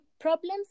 problems